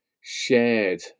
shared